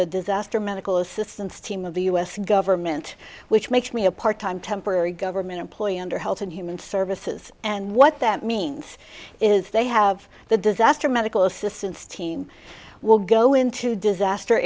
the disaster medical assistance team of the u s government which makes me a part time temporary government employee under health and human services and what that means is they have the disaster medical assistance team will go into disaster